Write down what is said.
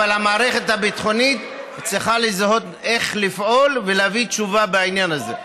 אבל המערכת הביטחונית צריכה לזהות איך לפעול ולהביא תשובה בעניין הזה.